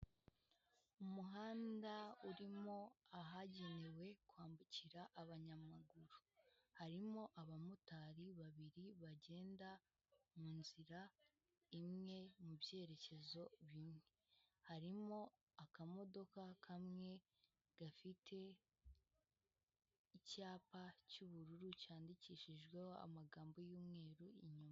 Umuhanda urimo ahagenewe kwambukira abanyamaguru, harimo abamotari babiri bagenda mu nzira imwe mu byerekezo bimwe; harimo akamodoka kamwe gafite icyapa cy'ubururu cyandikishijweho amagambo y'umweru inyuma.